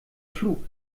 flug